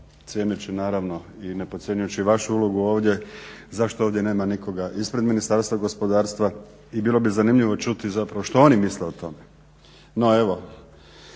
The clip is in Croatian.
cijeneći naravno i ne podcjenjujući vašu ulogu ovdje zašto ovdje nema nikoga ispred Ministarstva gospodarstva. I bilo bi zanimljivo čuti zapravo što oni misle o tome. No, evo